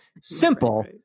Simple